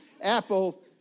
Apple